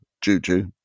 Juju